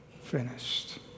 finished